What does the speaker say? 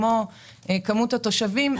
כמו כמות התושבים,